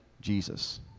jesus